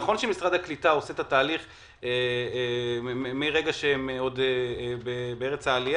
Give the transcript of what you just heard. נכון שמשרד הקליטה עושה את התהליך מרגע שהם עוד בארץ שממנה